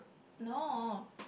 no